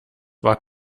war